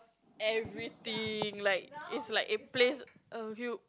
everything like it's like in place uh you